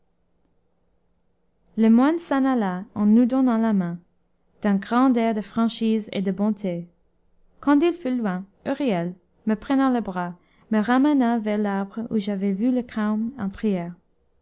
le moine s'en alla en nous donnant la main d'un grand air de franchise et de bonté quand il fut loin huriel me prenant le bras me ramena vers l'arbre où j'avais vu le carme en prières